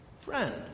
Friend